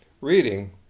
reading